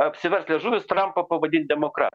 apsivers liežuvis trampą pavadint demokra